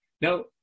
now